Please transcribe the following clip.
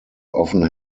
often